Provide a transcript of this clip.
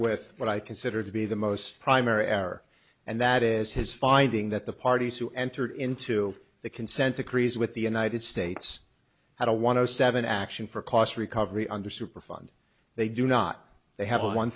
with what i consider to be the most primary error and that is his finding that the parties who enter into the consent decrees with the united states had a one o seven action for cost recovery under superfund they do not they have